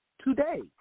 today